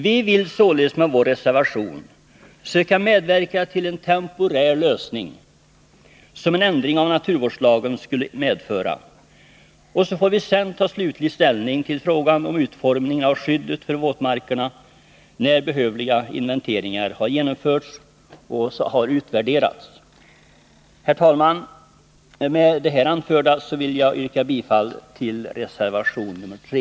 Vi vill således med vår reservation söka medverka till en temporär lösning, som en ändring av naturvårdslagen skulle medföra, och vi får sedan ta slutlig ställning till frågan om utformningen av skyddet för våtmarkerna när behövliga inventeringar har genomförts och utvärderats. Herr talman! Med det här anförda vill jag yrka bifall till reservation 3.